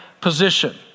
position